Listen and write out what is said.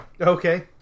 Okay